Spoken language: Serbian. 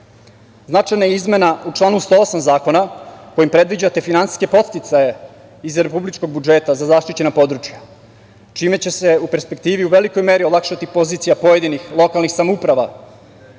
je izmena u članu 108. Zakona, kojim predviđate finansijske podsticaje iz republičkog budžeta za zaštićena područja, čime će se, u perspektivi, u velikoj meri olakšati pozicija pojedinih lokalnih samouprava